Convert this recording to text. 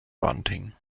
bunting